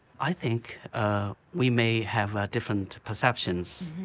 i think we may have different perceptions.